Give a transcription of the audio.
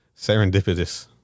serendipitous